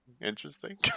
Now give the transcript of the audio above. interesting